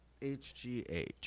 HGH